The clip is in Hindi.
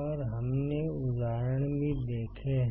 और हमने उदाहरण भी देखे हैं